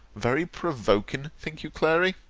very provoking, think you, clary?